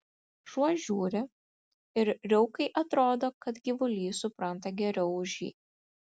šuo žiūri ir riaukai atrodo kad gyvulys supranta geriau už jį